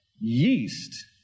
Yeast